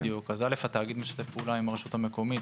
התאגיד משתף פעולה עם הרשות המקומית,